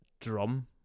drum